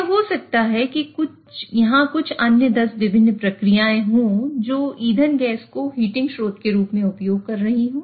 यह हो सकता है कि यहां कुछ अन्य 10 विभिन्न प्रक्रियाएं हो जो इस ईंधन गैस को हीटिंग स्रोत के रूप में उपयोग कर रही हो